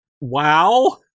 Wow